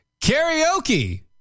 Karaoke